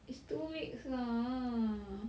is two weeks lah